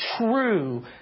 true